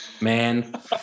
man